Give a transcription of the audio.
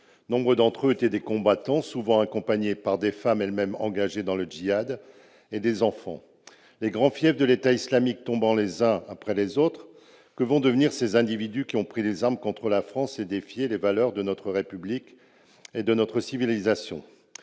Nombre d'entre eux étaient des combattants souvent accompagnés par des femmes elles-mêmes engagées dans le djihad et par des enfants. Les grands fiefs de l'État islamique tombant les uns après les autres, que vont devenir ces individus qui ont pris les armes contre la France et défié les valeurs de notre République et de notre civilisation ?